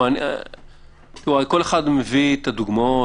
כל אחד מביא את הדוגמאות,